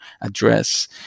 address